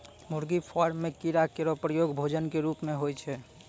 मुर्गी फार्म म कीड़ा केरो प्रयोग भोजन क रूप म होय छै